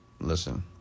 Listen